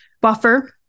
buffer